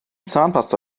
zahnpasta